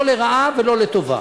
לא לרעה ולא לטובה.